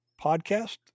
podcast